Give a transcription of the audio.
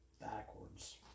backwards